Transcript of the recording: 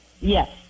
Yes